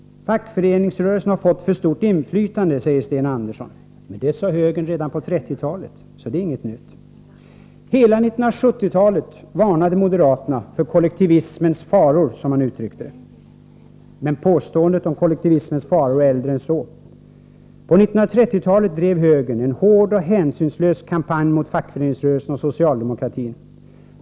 Fackföreningsrörelsen har fått för stort inflytande, säger Sten Andersson. Det sade högern redan på 1930-talet — så det är inget nytt. Hela 1970-talet varnade moderaterna för kollektivismens faror, som de uttryckte det. Men påståendena om kollektivismens faror är äldre än så. På 1930-talet drev högern en hård och hänsynslös kampanj mot fackföreningsrörelsen och socialdemokratin.